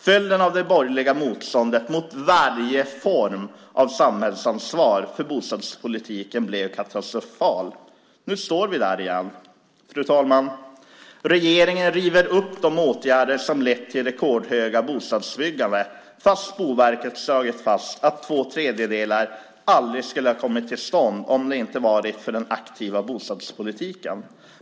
Följden av det borgerliga motståndet mot varje form av samhällsansvar för bostadspolitiken blev katastrofal. Nu står vi där igen. Fru talman! Regeringen river upp de åtgärder som lett till ett rekordhögt bostadsbyggande, fast Boverket slagit fast att två tredjedelar aldrig skulle ha kommit till stånd om det inte varit för den aktiva bostadspolitiken.